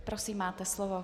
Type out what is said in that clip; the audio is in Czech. Prosím, máte slovo.